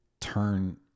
turn